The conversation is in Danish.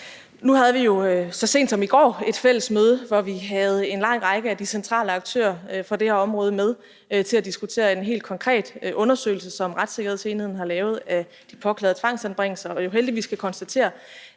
Nu havde vi jo så sent som i går et fælles møde, hvor vi havde en lang række af de centrale aktører på det her område med til at diskutere en helt konkret undersøgelse, som retssikkerhedsenheden har lavet, af de påklagede tvangsanbringelser, og hvor man jo heldigvis kan konstatere,